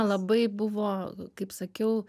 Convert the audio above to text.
labai buvo kaip sakiau